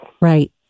Right